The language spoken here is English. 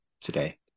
today